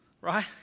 Right